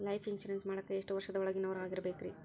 Life insurance ಮಾಡಾಕ ಎಷ್ಟು ವರ್ಷದ ಒಳಗಿನವರಾಗಿರಬೇಕ್ರಿ?